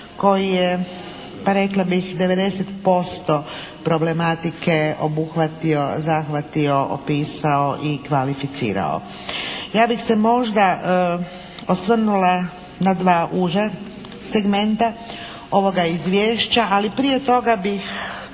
koji je pa rekla bih 90% problematike obuhvatio, zahvatio, opisao i kvalificirao. Ja bih se možda osvrnula na dva uža segmenta ovoga izvješća ali prije toga bih